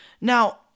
Now